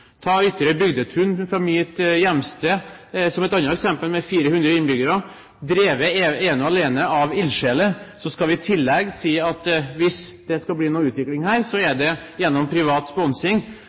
ta Ytterøy Bygdetun – et eksempel fra mitt hjemsted, med 400 innbyggere – drevet ene og alene av ildsjeler. Så skal vi i tillegg si at hvis det skal bli noen utvikling her, må det være gjennom privat sponsing